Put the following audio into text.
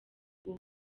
uba